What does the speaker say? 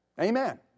Amen